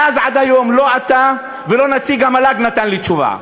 מאז עד היום לא אתה ולא נציג המל"ג נתתם לי תשובה,